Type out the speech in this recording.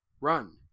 Run